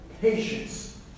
patience